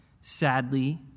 Sadly